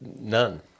none